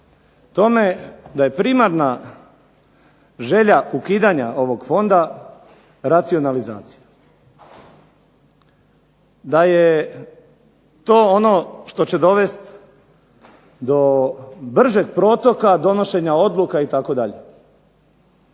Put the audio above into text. tome da je primarna želja ukidanja ovog fonda racionalizacija, da je to ono što će dovest do bržeg protoka donošenja odluka itd.